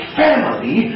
family